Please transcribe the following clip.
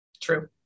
True